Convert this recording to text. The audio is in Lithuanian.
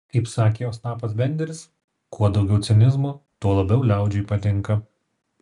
kaip sakė ostapas benderis kuo daugiau cinizmo tuo labiau liaudžiai patinka